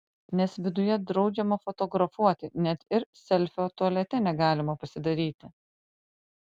nes viduje draudžiama fotografuoti net ir selfio tualete negalima pasidaryti